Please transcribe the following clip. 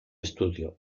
estudio